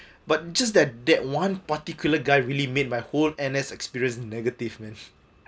but just that that one particular guy really made my whole N_S experience negative man